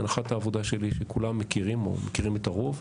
הנחת העבודה שלי שכולם מכירים או מכירים את הרוב.